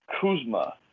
Kuzma